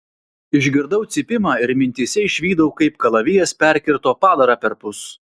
išgirdau cypimą ir mintyse išvydau kaip kalavijas perkirto padarą perpus